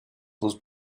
was